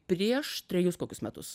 prieš trejus kokius metus